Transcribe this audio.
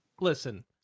listen